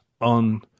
on